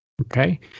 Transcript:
Okay